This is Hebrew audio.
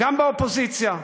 גם באופוזיציה.